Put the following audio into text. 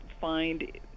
find